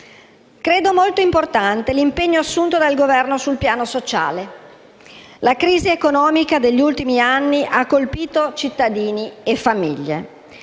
Credo sia molto importante l'impegno assunto dal Governo sul piano sociale: la crisi economica degli ultimi anni ha colpito cittadini e famiglie.